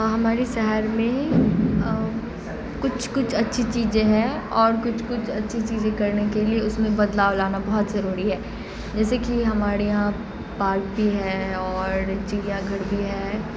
ہمارے سہر میں کچھ کچھ اچھی چیزیں ہیں اور کچھ کچھ اچھی چیزیں کرنے کے لیے اس میں بدلاؤ لانا بہت ضروری ہے جیسے کہ ہمارے یہاں پارک بھی ہے اور چڑیا گھر بھی ہے